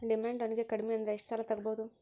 Demand ಲೊನಿಗೆ ಕಡ್ಮಿಅಂದ್ರ ಎಷ್ಟ್ ಸಾಲಾ ತಗೊಬೊದು?